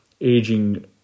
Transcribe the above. aging